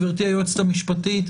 גברתי היועצת המשפטית,